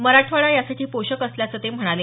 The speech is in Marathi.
मराठवाडा यासाठी पोषक असल्याचं ते म्हणाले